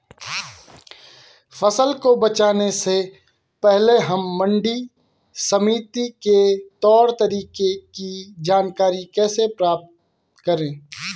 फसल को बेचने से पहले हम मंडी समिति के तौर तरीकों की जानकारी कैसे प्राप्त करें?